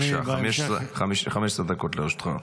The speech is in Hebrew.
בבקשה, 15 דקות לרשותך.